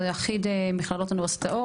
זה אחיד מכללות ואוניברסיטאות?